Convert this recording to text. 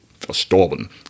verstorben